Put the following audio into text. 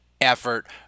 effort